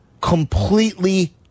completely